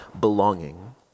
belonging